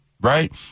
Right